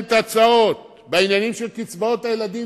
את ההצעות בעניינים של קצבאות הילדים,